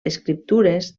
escriptures